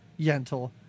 Yentl